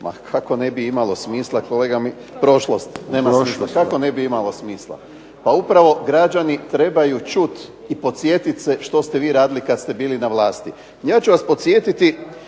Ma kako ne bi imalo smisla kolega, prošlost, nema smisla. Kako ne bi imalo smisla? Pa upravo građani trebaju čuti i podsjetit se što ste vi radili kad ste bili na vlasti. Ja ću vas podsjetiti